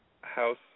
house